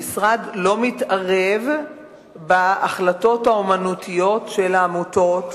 המשרד לא מתערב בהחלטות האמנותיות של העמותות.